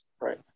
right